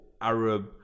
Arab